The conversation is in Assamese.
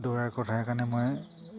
দৌৰাৰ কথা কাৰণে মই